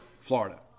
Florida